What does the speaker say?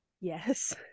Yes